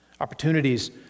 Opportunities